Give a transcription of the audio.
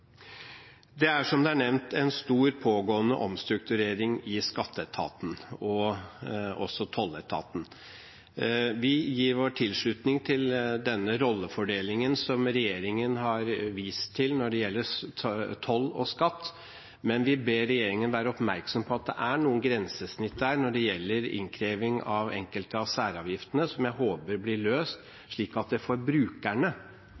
Det er, som det er nevnt, en stor pågående omstrukturering i skatteetaten og også tolletaten. Vi gir vår tilslutning til den rollefordelingen som regjeringen har vist til når det gjelder toll og skatt, men vi ber regjeringen være oppmerksom på at det er noen grensesnitt her når det gjelder innkreving av enkelte av særavgiftene, som jeg håper blir løst, slik at